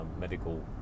medical